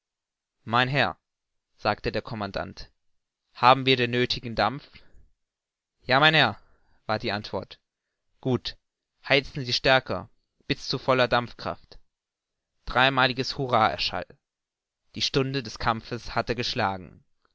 mein herr sagte der commandant haben wir den nöthigen dampf ja mein herr war die antwort gut heizen sie stärker bis zu voller dampfkraft dreimaliges hurrah erschallte die stunde des kampfes hatte geschlagen